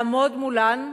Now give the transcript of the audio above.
לעמוד מולן,